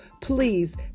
Please